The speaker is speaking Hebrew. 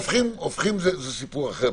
הופכים זה סיפור אחר,